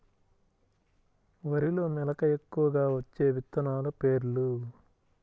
వరిలో మెలక ఎక్కువగా వచ్చే విత్తనాలు పేర్లు?